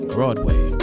Broadway